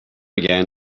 again